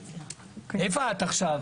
איפה את עכשיו?